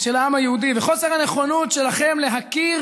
של העם היהודי, וחוסר הנכונות שלכם להכיר